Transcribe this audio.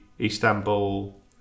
Istanbul